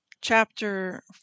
chapter